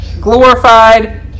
glorified